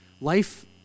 life